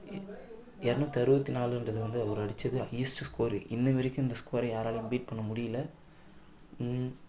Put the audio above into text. எ இரநூற்று அறுபத்தி நாலுன்றது வந்து அவர் அடிச்சது ஹையஸ்ட்டு ஸ்கோரு இன்ன வரைக்கும் இந்த ஸ்கோரை யாரலையும் பீட் பண்ண முடியல